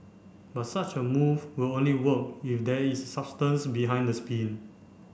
but such a move will only work if there is substance behind the spin